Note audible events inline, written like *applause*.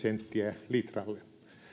*unintelligible* senttiä litralle